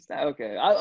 okay